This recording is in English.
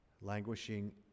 languishing